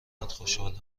خوشحالم